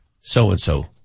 So-and-so